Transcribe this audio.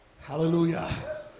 Hallelujah